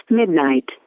midnight